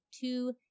two